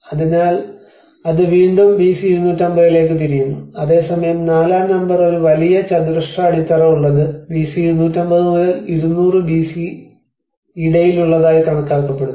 അതിനാൽ അത് വീണ്ടും ബിസി 250 ലേക്ക് തിരിയുന്നു അതേസമയം നാലാം നമ്പർ ഒരു വലിയ ചതുരശ്ര അടിത്തറ ഉള്ളത് ബിസി 250 മുതൽ 200 ബിസി ഇടയിൽ ഉള്ളതായി കണക്കാക്കപ്പെടുന്നു